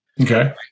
Okay